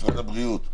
משרד הבריאות,